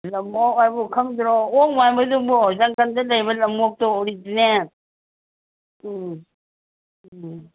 ꯂꯝꯑꯣꯛ ꯍꯥꯏꯕꯕꯨ ꯈꯪꯗ꯭ꯔꯣ ꯑꯣꯛ ꯃꯥꯟꯕꯗꯨꯕꯨ ꯖꯪꯒꯜꯗ ꯂꯩꯕ ꯂꯝꯑꯣꯛꯇꯣ ꯑꯣꯔꯤꯖꯤꯅꯦꯜ ꯎꯝ ꯎꯝ